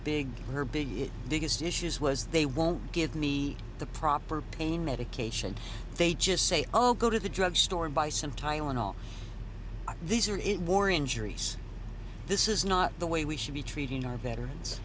big her big biggest issues was they won't give me the proper pain medication they just say oh go to the drug store and buy some tylenol or these are it war injuries this is not the way we should be treating our veterans